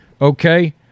okay